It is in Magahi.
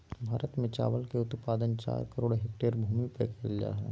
भारत में चावल के उत्पादन चार करोड़ हेक्टेयर भूमि पर कइल जा हइ